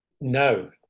No